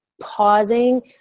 pausing